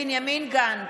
בנימין גנץ,